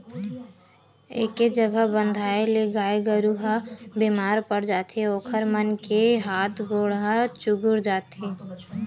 एके जघा बंधाए ले गाय गरू ह बेमार पड़ जाथे ओखर मन के हात गोड़ ह चुगुर जाथे